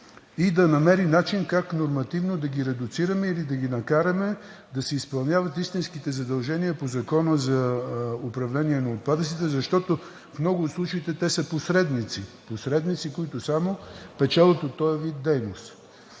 и да намери начин как нормативно да ги редуцираме или да ги накараме да си изпълняват истинските задължения по Закона за управление на отпадъците, защото в много от случаите те са посредници, посредници, които само печелят от този вид дейност.